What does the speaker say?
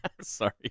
Sorry